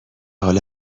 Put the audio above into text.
حالا